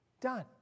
done